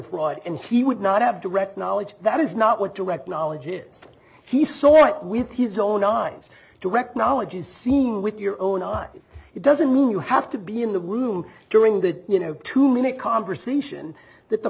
fraud and he would not have direct knowledge that is not what direct knowledge is he saw with his own eyes to wrecked knowledge is seem with your own eyes it doesn't mean you have to be in the room during the you know two minute conversation that the